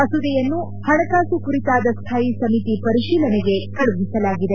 ಮಸೂದೆಯನ್ನು ಹಣಕಾಸು ಕುರಿತಾದ ಸ್ವಾಯಿ ಸಮಿತಿ ಪರಿಶೀಲನೆಗೆ ಕಳುಹಿಸಲಾಗಿದೆ